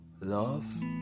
love